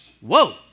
whoa